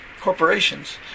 corporations